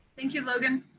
thank you, logan.